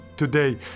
today